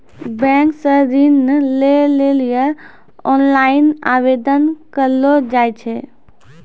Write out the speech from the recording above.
bank से ऋण लै लेली ओनलाइन आवेदन करलो जाय छै